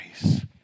grace